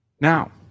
Now